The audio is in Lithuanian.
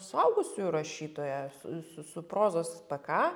suaugusiųjų rašytoja su su su prozos pė ka